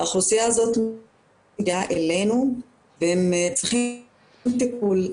האוכלוסייה הזאת מגיעה אלינו והם צריכים טיפול,